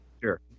Sure